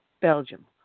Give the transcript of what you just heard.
Belgium